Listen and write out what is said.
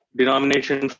denomination